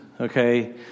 okay